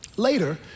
Later